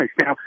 Now